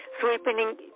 sweeping